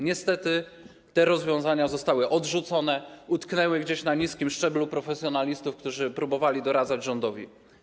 Niestety, te rozwiązania zostały odrzucone, utknęły gdzieś na niskim szczeblu profesjonalistów, którzy próbowali doradzać rządowi.